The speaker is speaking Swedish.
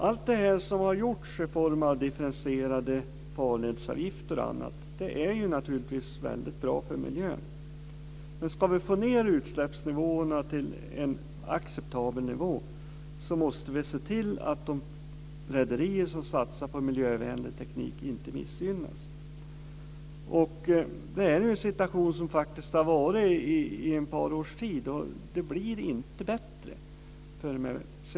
Allt som har gjorts i form av differentierade farledsavgifter osv. är bra för miljön. Men om vi ska få ned utsläppen till en acceptabel nivå måste vi se till att de rederier som satsar på miljövänlig teknik inte missgynnas. Den situationen har rått i ett par års tid, och det blir inte bättre.